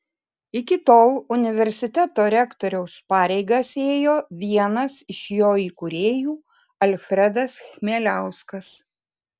iki tol universiteto rektoriaus pareigas ėjo vienas iš jo įkūrėjų alfredas chmieliauskas